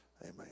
Amen